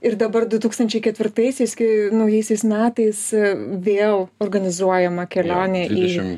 ir dabar du tūkstančiai ketvirtaisiais kai naujaisiais metais vėl organizuojama kelionė į